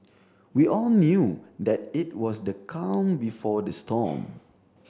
we all knew that it was the calm before the storm